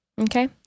Okay